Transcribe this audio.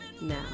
now